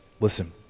listen